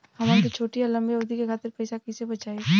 हमन के छोटी या लंबी अवधि के खातिर पैसा कैसे बचाइब?